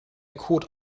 code